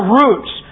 roots